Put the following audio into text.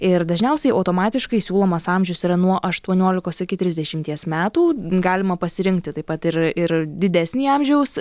ir dažniausiai automatiškai siūlomas amžius yra nuo aštuoniolikos iki trisdešimties metų galima pasirinkti taip pat ir ir didesnį amžiaus